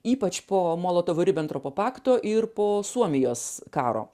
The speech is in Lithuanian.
ypač po molotovo ribentropo pakto ir po suomijos karo